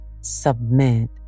submit